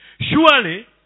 Surely